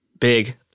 Big